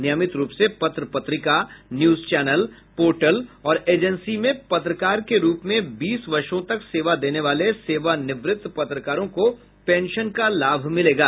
नियमित रूप से पत्र पत्रिका न्यूज चैनेल पोर्टल और एजेंसी में पत्रकार के रूप में बीस वर्षो तक सेवा देने वाले सेवानिवृत्त पत्रकारों को पेंशन का लाभ मिलेगा